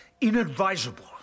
Inadvisable